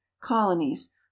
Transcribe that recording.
colonies